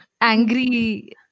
angry